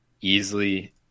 easily